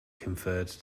conferred